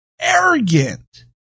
arrogant